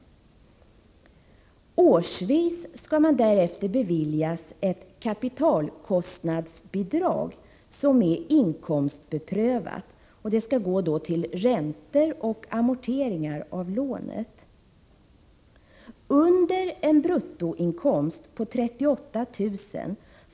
Årsvis skall man därefter beviljas ett kapitalkostnadsbidrag, som är inkomstprövat, till räntor och amorteringar av lånet. Vid en bruttoinkomst på under 38 000 kr.